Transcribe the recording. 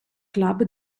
club